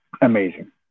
amazing